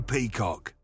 Peacock